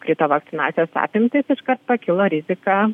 krito vakcinacijos apimtys iškart pakilo rizika